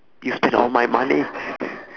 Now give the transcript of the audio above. you spent all my money